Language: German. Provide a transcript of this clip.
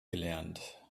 gelernt